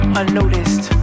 unnoticed